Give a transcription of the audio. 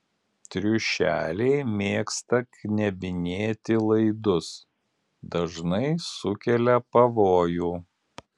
triušeliai mėgsta knebinėti laidus dažnai sukelia pavojų